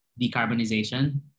decarbonization